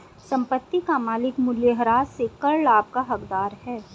संपत्ति का मालिक मूल्यह्रास से कर लाभ का हकदार है